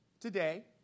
today